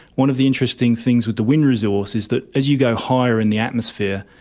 one of the interesting things with the wind resource is that as you go higher in the atmosphere,